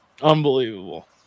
Unbelievable